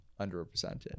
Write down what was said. underrepresented